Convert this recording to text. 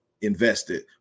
invested